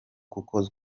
kuko